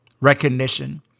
recognition